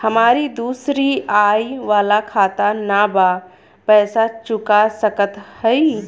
हमारी दूसरी आई वाला खाता ना बा पैसा चुका सकत हई?